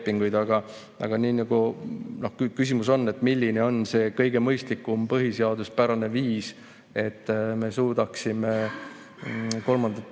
Aga küsimus on, milline on see kõige mõistlikum põhiseaduspärane viis, et me suudaksime kolmandaid